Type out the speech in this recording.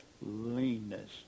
leanness